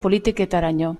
politiketaraino